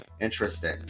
Interesting